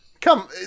Come